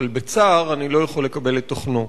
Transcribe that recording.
אבל בצער אני לא יכול לקבל את תוכנו,